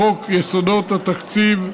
לחוק יסודות התקציב,